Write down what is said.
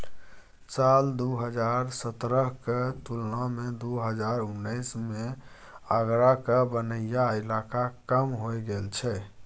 साल दु हजार सतरहक तुलना मे दु हजार उन्नैस मे आगराक बनैया इलाका कम हो गेल छै